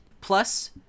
Plus